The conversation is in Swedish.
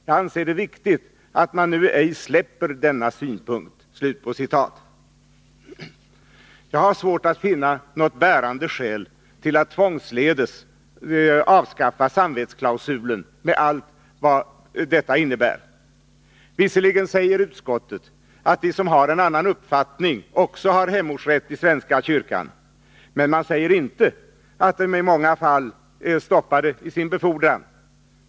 Jag anser det viktigt att man nu ej släpper denna synpunkt.” Jag har svårt att finna något bärande skäl till att man tvångsledes skulle avskaffa samvetsklausulen med allt vad det skulle innebära. Visserligen säger utskottet att de som har en annan uppfattning också har hemortsrätt i svenska kyrkan, men man säger inte att de i många fall är stoppade i sin befordran.